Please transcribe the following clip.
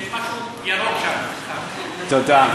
תודה.